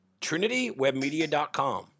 trinitywebmedia.com